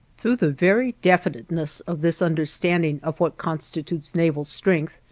through the very definiteness of this understanding of what constitutes naval strength,